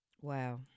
Wow